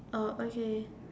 oh okay